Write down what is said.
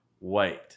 wait